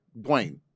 Dwayne